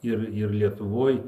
ir ir lietuvoj